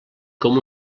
com